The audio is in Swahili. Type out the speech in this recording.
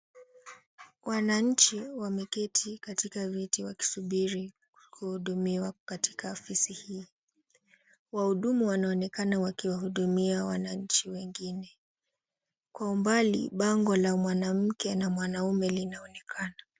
Wananchi wameketi katika viti wakisubiri kuhudumiwa katika afisi hii. Wahudumu wanaonekana wakiwahudumia wananchi wengine. Kwa umbali bango la mwanamke na mwanaume linaonekana.